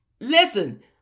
Listen